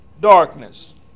darkness